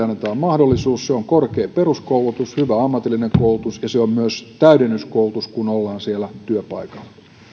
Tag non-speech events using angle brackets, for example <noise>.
<unintelligible> annetaan mahdollisuus se on korkea peruskoulutus hyvä ammatillinen koulutus ja se on myös täydennyskoulutus kun ollaan siellä työpaikalla